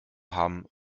haben